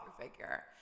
figure